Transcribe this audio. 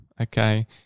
Okay